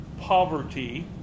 Poverty